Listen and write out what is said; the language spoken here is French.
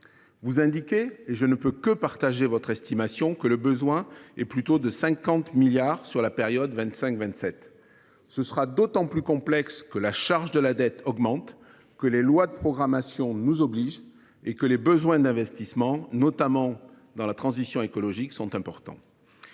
Vous indiquez, et je ne peux que partager votre estimation, que le besoin atteint plutôt 50 milliards d’euros sur la période 2025 2027. Le satisfaire sera d’autant plus complexe que la charge de la dette augmente, que les lois de programmation nous obligent et que les besoins d’investissement, notamment dans la transition écologique, sont importants.